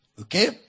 okay